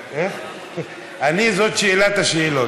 אני, זאת שאלת השאלות.